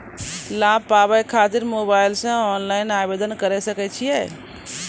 लाभ पाबय खातिर मोबाइल से ऑनलाइन आवेदन करें सकय छियै?